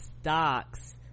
stocks